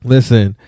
Listen